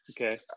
okay